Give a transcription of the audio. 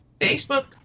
Facebook